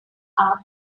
are